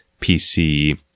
PC